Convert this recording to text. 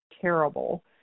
terrible